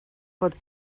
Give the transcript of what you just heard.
pot